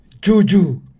Juju